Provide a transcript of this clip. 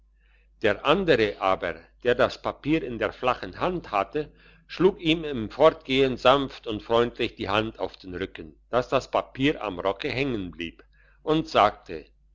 der andere aber der das papier in der flachen hand hatte schlug ihm im fortgehen sanft und freundlich die hand auf den rücken dass das papier am rocke hängen blieb und sagte